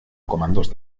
comandos